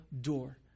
door